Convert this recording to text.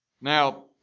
Now